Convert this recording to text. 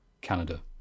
Canada